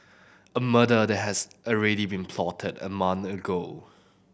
a murder that has already been plotted a month ago